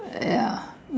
ya